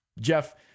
Jeff